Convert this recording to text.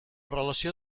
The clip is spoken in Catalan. relació